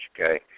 okay